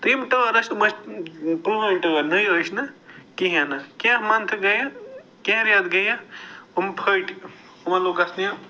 تہٕ یِم ٹٲر ٲسۍ یِم ٲسۍ پرٛٲنۍ ٹٲر نٔے ٲسۍ نہٕ کِہیٖنٛۍ نہٕ کیٚنٛہہ منتھٕ گٔے کیٚنٛہہ رٮ۪تھ گٔے اتھ یِم پھٔٹۍ یِمن لوٚگ گژھنہِ